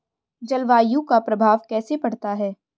जलवायु का प्रभाव कैसे पड़ता है?